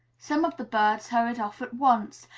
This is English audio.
some of the birds hurried off at once,